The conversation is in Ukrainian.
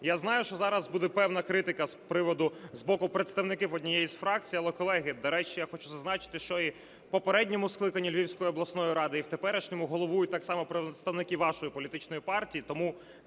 Я знаю, що зараз буде певна критика з приводу... з боку представників однієї з фракцій. Але, колеги, до речі, я хочу зазначити, що і в попередньому скликанні Львівської обласної ради, і в теперішньому головують так само представники вашої політичної партії.